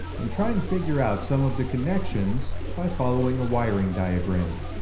and try and figure out some of the connections by following a wiring diagram.